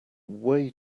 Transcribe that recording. way